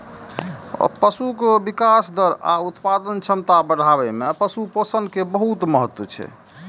पशुक विकास दर आ उत्पादक क्षमता बढ़ाबै मे पशु पोषण के बहुत महत्व छै